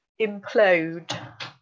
implode